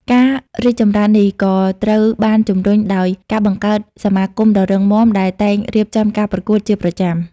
ការរីកចម្រើននេះក៏ត្រូវបានជំរុញដោយ ការបង្កើតសហគមន៍ដ៏រឹងមាំ ដែលតែងរៀបចំការប្រកួតជាប្រចាំ។